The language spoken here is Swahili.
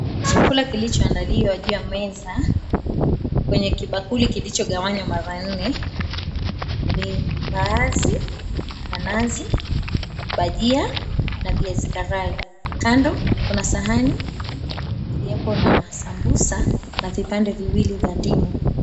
Chakula kilichoandaliwa juu ya meza kwenye kibakuli kilichogawanywa mara nne ni mbaazi ya nazi, bajia na viazi karai. Kando kuna sahani iliyoko na sambusa na vipande viwili vya ndimu.